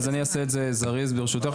אז אני אעשה את זה זריז, ברשותך.